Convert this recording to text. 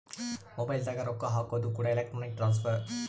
mobile ದಾಗ ರೊಕ್ಕ ಹಾಕೋದು ಕೂಡ ಎಲೆಕ್ಟ್ರಾನಿಕ್ ಟ್ರಾನ್ಸ್ಫರ್